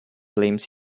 blames